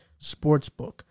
Sportsbook